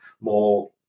more